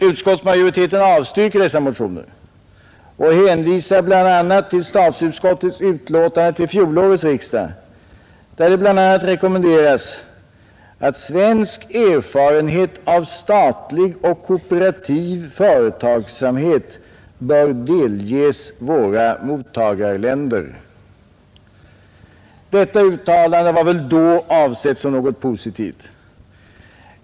Utskottsmajoriteten avstyrker dessa motioner och hänvisar bl.a. till statsutskottets utlåtande till fjolårets riksdag, där det rekommenderas att svensk erfarenhet av statlig och kooperativ företagsamhet bör delges våra mottagarländer. Detta uttalande var väl då avsett som något positivt.